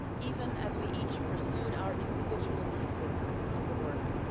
even as we each pursued our individual pieces of the work.